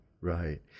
right